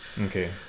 Okay